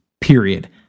period